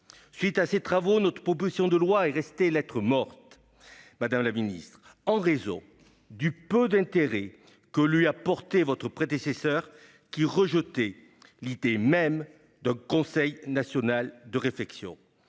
suite de ces travaux, notre proposition de loi est restée lettre morte, madame la ministre, en raison du peu d'intérêt que lui a porté votre prédécesseur, qui rejetait l'idée même d'un conseil national de réflexion.